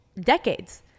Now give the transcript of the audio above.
decades